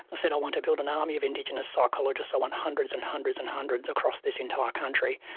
said, i want to build an army of indigenous psychologists, i want hundreds and hundreds and hundreds across this entire country.